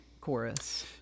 chorus